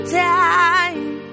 time